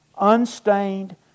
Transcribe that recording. unstained